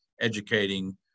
educating